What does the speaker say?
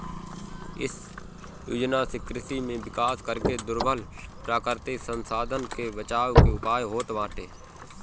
इ योजना से कृषि में विकास करके दुर्लभ प्राकृतिक संसाधन के बचावे के उयाय होत बाटे